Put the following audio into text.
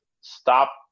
stop